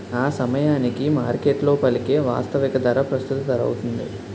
ఆసమయానికి మార్కెట్లో పలికే వాస్తవిక ధర ప్రస్తుత ధరౌతుంది